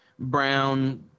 Brown